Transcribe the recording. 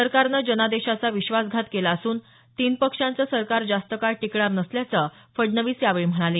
सरकारनं जनादेशाचा विश्वासघात केला असून तीन पक्षांचं सरकार जास्त काळ टिकणार नसल्याचं फडणवीस यावेळी म्हणाले